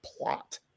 plot